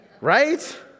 Right